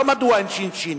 לא מדוע אין ש"ש.